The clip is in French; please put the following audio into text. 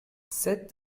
sept